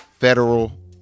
federal